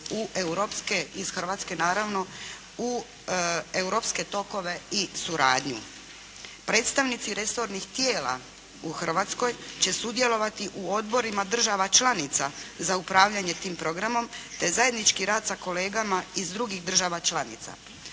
iz Hrvatske naravno, u europske tokove i suradnju. Predstavnici resornih tijela u Hrvatskoj će sudjelovati u odborima država članica za upravljanje tim programom te zajednički rad sa kolegama iz drugih država članica.